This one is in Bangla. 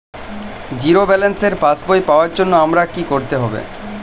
জিরো ব্যালেন্সের পাসবই পাওয়ার জন্য আমায় কী করতে হবে?